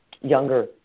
younger